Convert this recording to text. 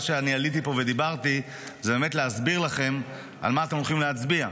מה שאני עליתי פה ודיברתי זה באמת להסביר לכם על מה אתם הולכים להצביע.